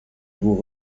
vous